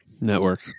Network